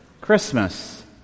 Christmas